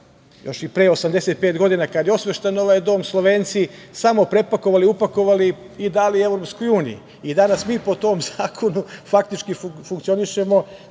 još i pre 85 godina, kada je osveštan ovaj dom, Slovenci samo prepakovali, upakovali i dali EU i danas mi po tom zakonu faktički funkcionišemo,